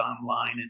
online